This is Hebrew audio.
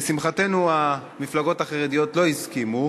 לשמחתנו, המפלגות החרדיות לא הסכימו